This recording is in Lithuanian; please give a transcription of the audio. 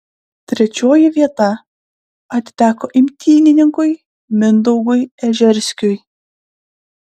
trečioji vieta atiteko imtynininkui mindaugui ežerskiui